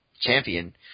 champion